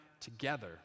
together